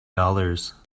dollars